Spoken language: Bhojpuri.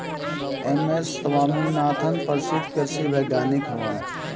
एम.एस स्वामीनाथन प्रसिद्ध कृषि वैज्ञानिक हवन